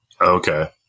Okay